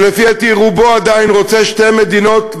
שלפי דעתי רובו עדיין רוצה שתי מדינות,